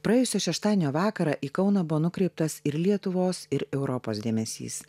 praėjusio šeštadienio vakarą į kauną buvo nukreiptas ir lietuvos ir europos dėmesys